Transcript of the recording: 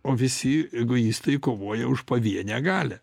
o visi egoistai kovoja už pavienę galią